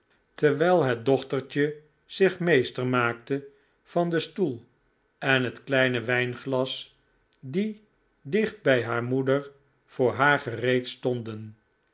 terwijl het dochtertje zich meester maakte van den stoel en het kleine wijnglas die dicht bij haar moeder voor haar gereed stonden